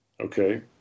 Okay